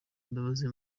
imbabazi